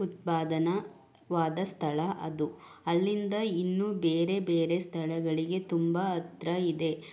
ಉತ್ಪಾದನೆ ಆದ ಸ್ಥಳ ಅದು ಅಲ್ಲಿಂದ ಇನ್ನೂ ಬೇರೆ ಬೇರೆ ಸ್ಥಳಗಳಿಗೆ ತುಂಬ ಹತ್ರ ಇದೆ